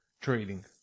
trading